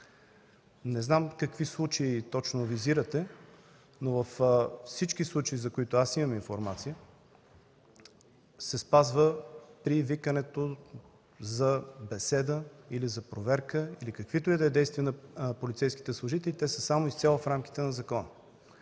Не знам какви случаи точно визирате, но за всички случаи, за които аз имам информация, при викането за беседа или за проверка, или каквито и да е действия на полицейските служители – се спазва те да са само и изцяло в рамките на закона.